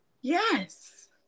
yes